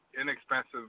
inexpensive